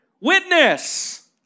Witness